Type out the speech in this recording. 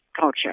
culture